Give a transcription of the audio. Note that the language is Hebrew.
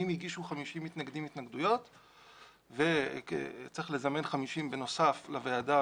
אם הגישו 50 מתנגדים התנגדויות וצריך לזמן 50 בנוסף לוועדה